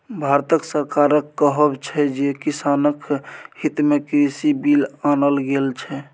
भारत सरकारक कहब छै जे किसानक हितमे कृषि बिल आनल गेल छै